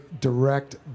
direct